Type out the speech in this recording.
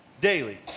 daily